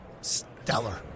stellar